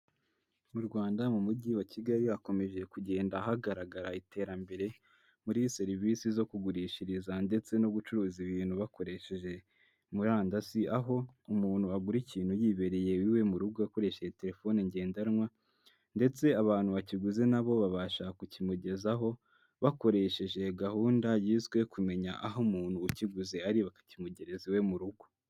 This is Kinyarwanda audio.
Mu Rwanda mu mujyi wa Kigali hakomeje kugenda hagaragara iterambere muri serivisi zo kugurishiriza ndetse no gucuruza ibintu bakoresheje murandasi, aho umuntu agura ikintu yibereye iwe mu rugo akoresheje telefone ngendanwa ndetse abantu bakiguze nabo babasha kukimugezaho bakoresheje gahunda yiswe kumenya aho umuntu ukiguze ari bakakimugereza iwe mu rugo.